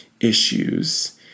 issues